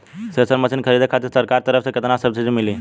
Thresher machine खरीदे खातिर सरकार के तरफ से केतना सब्सीडी मिली?